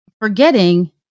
forgetting